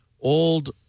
old